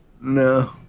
No